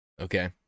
okay